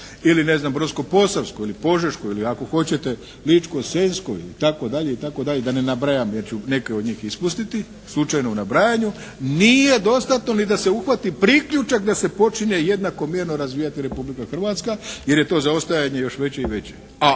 ili ne znam Brodsko-posavskoj ili Požeškoj ili ako hoćete Ličko-senjskoj itd., itd. da ne nabrajam, jer ću neke od njih ispustiti slučajno u nabrajanju, nije dostatno ni da se uhvati priključak da se počinje jednakomjerno razvijati Republika Hrvatska jer je to zaostajanje još veće i veće, a